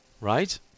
Right